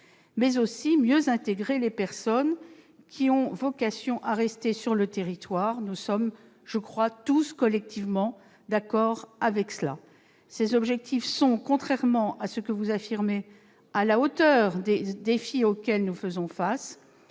mais aussi de mieux intégrer les personnes qui ont vocation à rester sur le territoire- je crois que nous sommes tous d'accord avec cela. Ces objectifs sont, contrairement à ce que vous affirmez, à la hauteur des défis auxquels nous faisons face